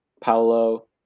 Paolo